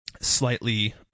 slightly